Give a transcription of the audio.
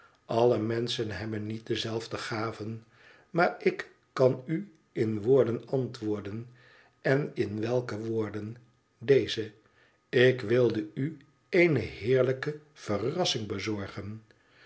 alle menschen hebben niet dezelfde gaven maar ik kan u in woorden antwoorden en in welke woorden deze ik wilde u eene heerlijke ver r assing bezorgen